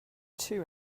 two